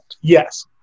Yes